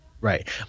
Right